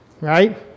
Right